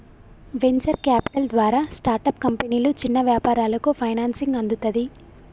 venture capital ద్వారా startup కంపెనీలు, చిన్న వ్యాపారాలకు ఫైనాన్సింగ్ అందుతది